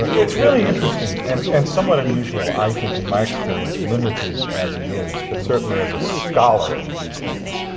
but it's really interesting, and and somewhat unusual, i think, in my experience, limited as it is, but certainly as a scholar of these things.